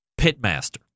pitmaster